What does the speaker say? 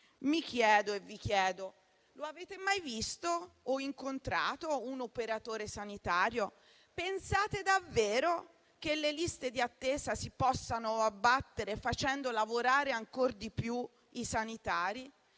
Mi chiedo e vi chiedo: lo avete mai visto o incontrato un operatore sanitario? Pensate davvero che le liste di attesa si possano abbattere facendo lavorare ancor di più i sanitari?